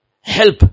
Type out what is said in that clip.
Help